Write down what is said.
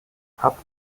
habt